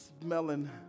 smelling